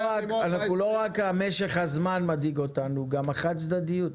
לא רק משך הזמן מדאיג אותנו אלא גם החד-צדדיות.